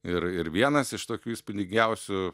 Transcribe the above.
ir ir vienas iš tokių įspūdingiausių